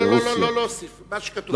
לא להוסיף, רק מה שכתוב.